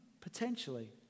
potentially